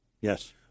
Yes